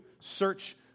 search